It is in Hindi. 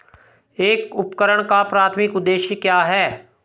एक उपकरण का प्राथमिक उद्देश्य क्या है?